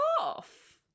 off